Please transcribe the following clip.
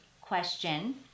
question